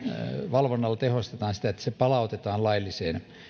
valvonnalla tehostetaan sitä että toiminta palautetaan lailliseen